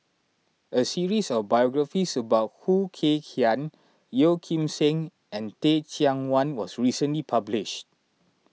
a series of biographies about Khoo Kay Hian Yeo Kim Seng and Teh Cheang Wan was recently published